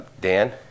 dan